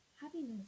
happiness